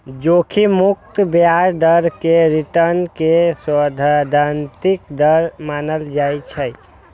जोखिम मुक्त ब्याज दर कें रिटर्न के सैद्धांतिक दर मानल जाइ छै